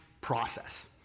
process